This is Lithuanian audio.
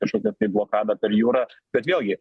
kažkokia tai blokada per jūrą bet vėlgi